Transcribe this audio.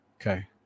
Okay